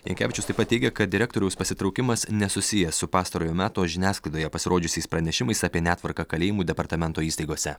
jankevičius taip pat teigia kad direktoriaus pasitraukimas nesusijęs su pastarojo meto žiniasklaidoje pasirodžiusiais pranešimais apie netvarką kalėjimų departamento įstaigose